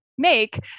make